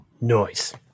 Noise